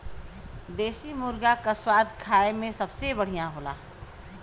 देसी मुरगा क स्वाद खाए में सबसे बढ़िया होला